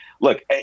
Look